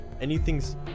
anything's